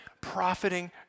profiting